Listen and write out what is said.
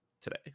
today